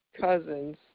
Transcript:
cousins